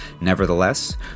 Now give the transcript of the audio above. Nevertheless